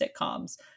sitcoms